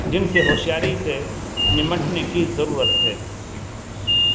جن سے ہوشیاری سے نمٹنے کی ضرورت ہے